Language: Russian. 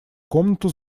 комнату